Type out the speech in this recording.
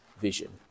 vision